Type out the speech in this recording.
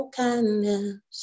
kindness